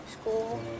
school